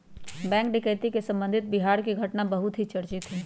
bank डकैती से संबंधित बिहार के घटना बहुत ही चर्चित हई